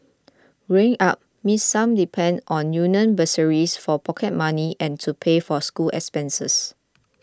growing up Miss Sum depended on union bursaries for pocket money and to pay for school expenses